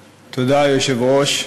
תודה, היושב-ראש.